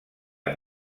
amb